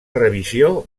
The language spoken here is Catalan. revisió